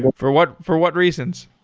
but for what for what reasons?